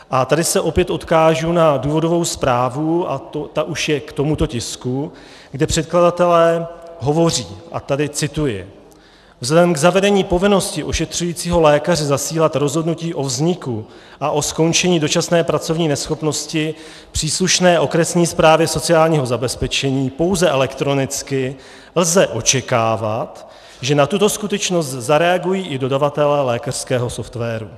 A tady se opět odkážu na důvodovou zprávu, a ta už je k tomuto tisku, kde předkladatelé hovoří, a tady cituji: Vzhledem k zavedení povinnosti ošetřujícího lékaře zasílat rozhodnutí o vzniku a o skončení dočasné pracovní neschopnosti příslušné okresní správě sociálního zabezpečení pouze elektronicky lze očekávat, že na tuto skutečnost zareagují i dodavatelé lékařského softwaru.